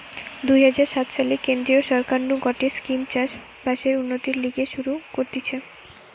দুই হাজার সাত সালে কেন্দ্রীয় সরকার নু গটে স্কিম চাষ বাসের উন্নতির লিগে শুরু করতিছে